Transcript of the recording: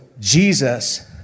Jesus